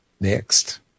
Next